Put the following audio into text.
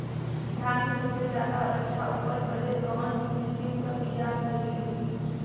धान क सबसे ज्यादा और अच्छा उपज बदे कवन किसीम क बिया सही रही?